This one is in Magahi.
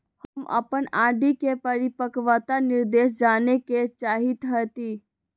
हम अपन आर.डी के परिपक्वता निर्देश जाने के चाहईत हती